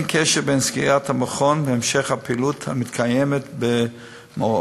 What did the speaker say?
ואין קשר בין סגירת המכון להמשך הפעילות המתקיימת במעון.